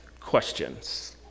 questions